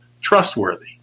trustworthy